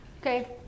Okay